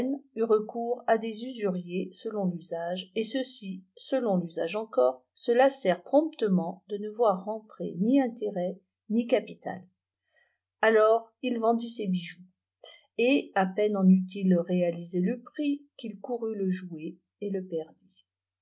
recours à des usuriers selon l'usage et ceux-ci selon l'usage encore se lassèrent promptement de ne voir rentrer ni intérêts ni capital alors il vendit ses bijoux et à peine en eut il réalisé le prix qu'il courut le jouer et le perdit